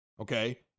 okay